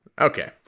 Okay